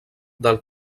del